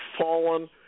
fallen